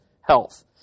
health